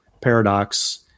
Paradox